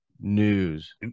News